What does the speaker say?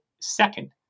second